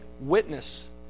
witness